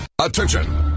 Attention